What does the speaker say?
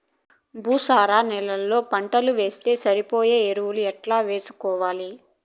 భూసార నేలలో పంటలు వేస్తే సరిపోయే ఎరువులు ఎట్లా వేసుకోవాలి?